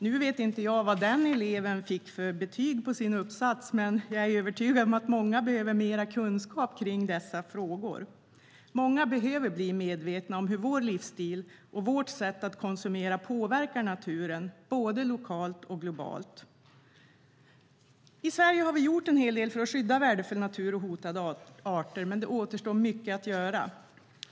Nu vet inte jag vad den eleven fick för betyg på sin uppsats, men jag är övertygad om att många behöver mer kunskap om dessa frågor. Många behöver bli medvetna om hur vår livsstil och vårt sätt att konsumera påverkar naturen både lokalt och globalt. I Sverige har vi gjort en hel del för att skydda värdefull natur och hotade arter, men det återstår mycket att göra.